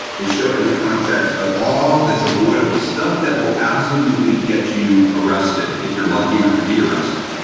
they show it in the context of all this avoidable stuff that will absolutely get you arrested, if you're lucky enough to be arrested